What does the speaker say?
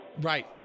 Right